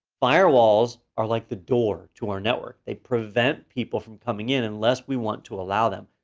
firewalls are like the door to our network. they prevent people from coming in unless we want to allow them.